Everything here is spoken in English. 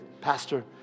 Pastor